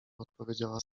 odpowiedziała